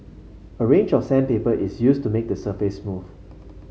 a range of sandpaper is used to make the surface smooth